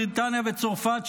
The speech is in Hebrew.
בריטניה וצרפת,